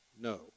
No